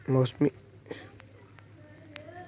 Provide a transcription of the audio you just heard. सुखा का प्रभाव खेती पर व्यापक तौर पर दिखअ हई